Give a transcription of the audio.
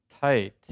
tight